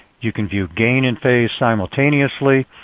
you can view gain and phase simultaneously.